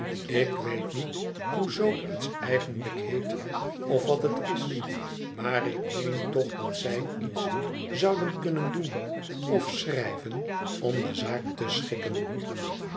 ik weet niet hoe zoo iets eigenlijk heet of wat het is maar ik meen toch dat zij iets zouden kunnen doen of schrijven om de zaak te schikken